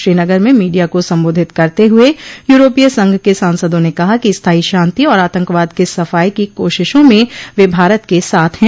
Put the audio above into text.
श्रीनगर में मीडिया को संबोधित करते हुए यूरोपोय संघ के सांसदों ने कहा कि स्थाई शांति और आतंकवाद के सफ़ाये की कोशिशों में वे भारत के साथ हैं